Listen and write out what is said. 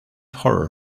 horror